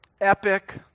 epic